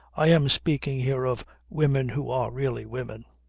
i am speaking here of women who are really women.